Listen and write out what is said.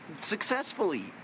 successfully